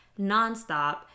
nonstop